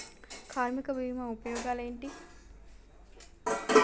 కార్మిక బీమా ఉపయోగాలేంటి?